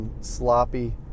Sloppy